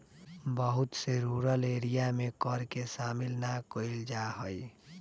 बहुत से rural area में कर के शामिल ना कइल जा हई